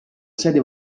sede